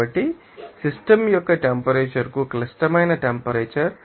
కాబట్టి సిస్టమ్ యొక్క టెంపరేచర్ కు క్లిష్టమైన టెంపరేచర్ 1